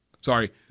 sorry